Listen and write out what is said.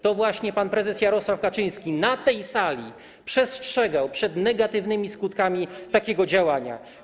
To właśnie pan prezes Jarosław Kaczyński na tej sali przestrzegał przed negatywnymi skutkami takiego działania.